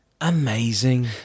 amazing